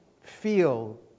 feel